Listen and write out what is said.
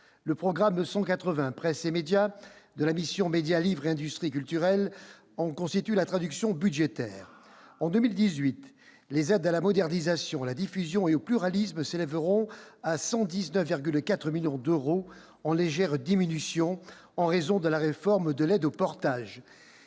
Le programme 180 « Presse et médias » de la mission « Médias, livre et industries culturelles » en constitue la traduction budgétaire. En 2018, les aides à la modernisation, à la diffusion et au pluralisme s'élèveront à 119,4 millions d'euros, en légère diminution en raison de la réforme de l'aide au portage.